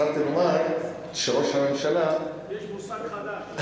יש מושג חדש,